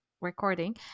recording